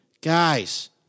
Guys